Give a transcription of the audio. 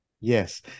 Yes